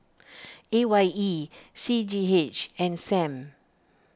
A Y E C G H and Sam